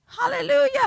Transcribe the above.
Hallelujah